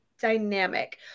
dynamic